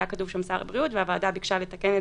היה כתוב שם "שר הבריאות" והוועדה ביקשה לתקן את